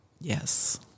Yes